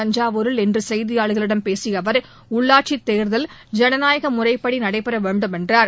தஞ்சாவூரில் இன்று செய்தியாளர்களிடம் பேசிய அவர் உள்ளாட்சித்தேர்தல் ஜனநாயக முறைப்படி நடைபெற வேண்டும் என்றார்